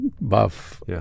buff